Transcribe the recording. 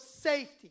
safety